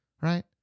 Right